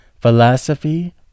philosophy